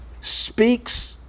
speaks